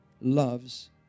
loves